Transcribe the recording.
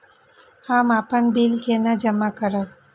हम अपन बिल केना जमा करब?